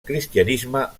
cristianisme